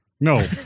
No